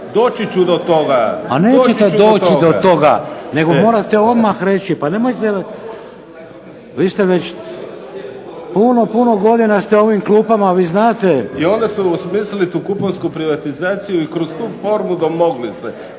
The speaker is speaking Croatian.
Vladimir (HDZ)** A nećete doći do toga nego morate odmah reći, pa nemojte. Vi ste već puno, puno godina u ovim klupama, vi znate. **Kajin, Damir (IDS)** I onda su osmislili tu kuponsku privatizaciju i kroz tu formu domogli se